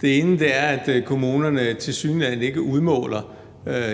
Det ene er, at kommunerne tilsyneladende ikke udmåler,